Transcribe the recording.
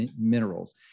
minerals